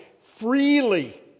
freely